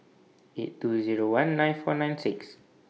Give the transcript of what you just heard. eight two Zero one nine four nine six